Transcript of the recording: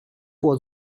was